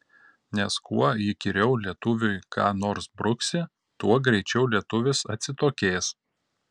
nes kuo įkyriau lietuviui ką nors bruksi tuo greičiau lietuvis atsitokės